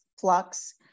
flux